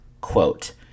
quote